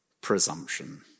presumption